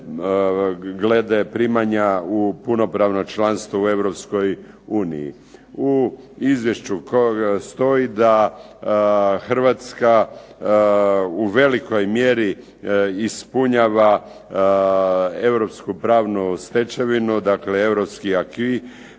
glede primanja u punopravno članstvo u Europskoj uniji. U Izvješću stoji da Hrvatska u velikoj mjeri ispunjava europsku pravnu stečevinu, dakle europski aquis